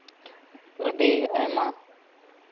ᱟᱹᱰᱤ ᱟᱭᱢᱟ